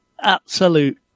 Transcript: absolute